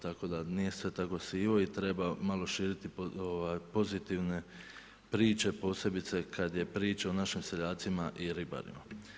Tako da nije sve tako sivo i treba malo širiti pozitivne priče, posebice kada je priča o našim seljacima i ribarima.